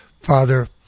Father